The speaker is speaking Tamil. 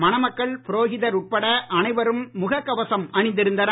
மணமக்கள் புரோகிதர் உட்பட அனைவரும் முகக் கவசம் அணிந்திருந்தனர்